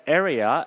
area